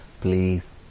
Please